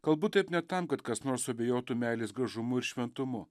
kalbu taip ne tam kad kas nors suabejotų meilės gražumu ir šventumu